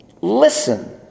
listen